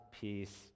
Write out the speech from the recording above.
peace